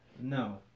No